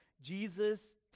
Jesus